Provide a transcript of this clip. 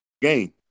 game